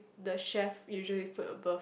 the chef usually put above